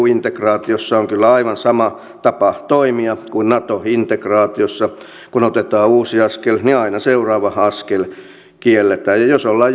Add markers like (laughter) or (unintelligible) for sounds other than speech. (unintelligible) integraatiossa on kyllä aivan sama tapa toimia kuin nato integraatiossa kun otetaan uusi askel niin aina seuraava askel kielletään jos ollaan (unintelligible)